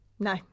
No